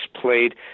played